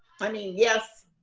i mean yes.